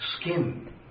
Skin